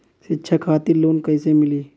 शिक्षा खातिर लोन कैसे मिली?